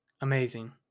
amazing